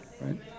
right